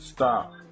Stop